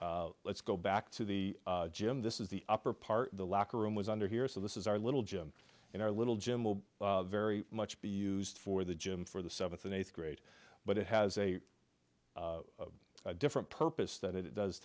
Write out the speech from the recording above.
now let's go back to the gym this is the upper part the locker room was under here so this is our little gym and our little gym will very much be used for the gym for the seventh and eighth grade but it has a different purpose that it does